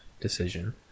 decision